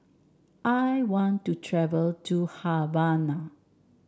I want to travel to Havana